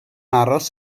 aros